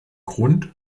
grund